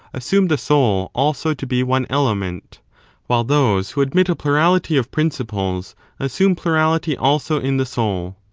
assume the soul also to be one element while those who admit a plurality of principles assume plurality also in the soul.